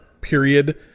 period